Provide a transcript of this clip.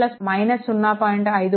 2v1 0